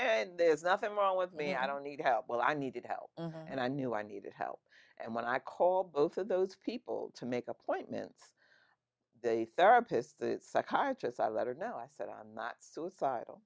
and there's nothing wrong with me i don't need help well i needed help and i knew i needed help and when i called both of those people to make appointments the therapists psychologists i let her know i said i'm not suicidal